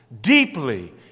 deeply